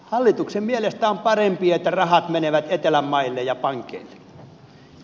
hallituksen mielestä on parempi että rahat menevät etelän maille ja pankeille